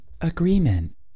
agreement